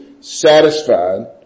satisfied